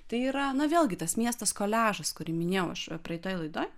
tai yra na vėlgi tas miestas koliažas kurį minėjau aš praeitoj laidoj